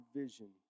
vision